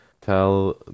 tell